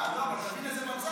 לא, אבל תבין איזה מצב.